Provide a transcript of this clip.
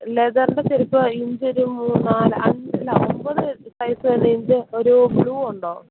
ലെതറിൻ്റെ ചെരിപ്പ് ഇഞ്ചൊര് മൂന്ന് നാല് അൻ അല്ല അൻപത് സൈസ് പറയുമ്പോൾ ഒരൂ ബ്ലൂ ഉണ്ടോ